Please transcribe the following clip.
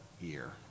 year